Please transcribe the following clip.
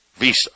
Visa